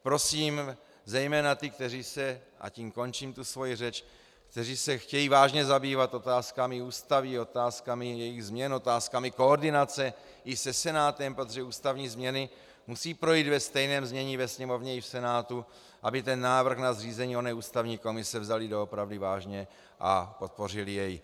Prosím zejména ty, kteří se a tím končím svoji řeč chtějí vážně zabývat otázkami Ústavy, otázkami jejích změn, otázkami koordinace i se Senátem, protože ústavní změny musí projít ve stejném znění ve Sněmovně i v Senátu, aby návrh na zřízení oné ústavní komise vzali doopravdy vážně a podpořili jej.